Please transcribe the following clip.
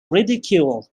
ridicule